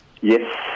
Yes